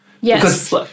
Yes